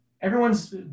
everyone's